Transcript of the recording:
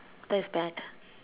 that is bad